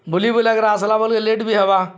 ବୁଲି ବୁଲାଗର ଆସଲା ବଲି ଲେଟ୍ ବି ହେବା